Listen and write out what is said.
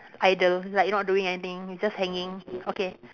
idle like not doing anything it's just hanging okay